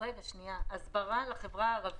הסברה לחברה הערבית.